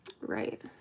Right